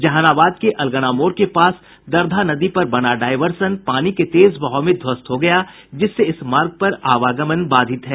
जहानाबाद के अलगना मोड़ के पास दरघा नदी में बना डायवर्सन पानी के तेज बहाव में ध्वस्त हो गया जिससे इस मार्ग पर आवागमन बाधित है